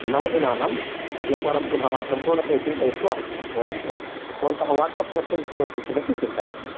नवदिनानां एकवारं पुनः सम्पूर्णतया चिन्तयित्वा वदन्तु भवन्तः वाट्साप् मेसेज् कुर्वन्ति चेदपि चिन्ता नास्ति